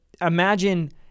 imagine